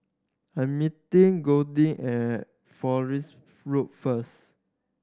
I'm meeting Goldie at Fowlies Road first